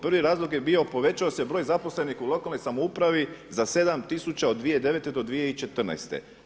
Prvi razlog je bio, povećao se broj zaposlenih u lokalnoj samoupravi za 7000 od 2009. do 2014.